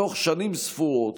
בתוך שנים ספורות